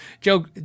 Joe